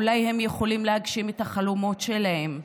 אולי הם יכולים להגשים את החלומות שלהם.